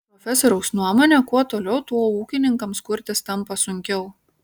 profesoriaus nuomone kuo toliau tuo ūkininkams kurtis tampa sunkiau